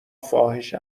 فاحش